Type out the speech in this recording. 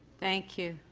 thank you.